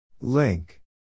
Link